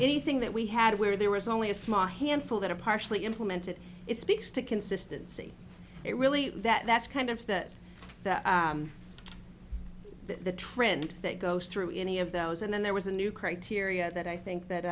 anything that we had where there was only a small handful that are partially implemented it speaks to consistency it really that that's kind of that that the trend that goes through any of those and then there was a new criteria that i think that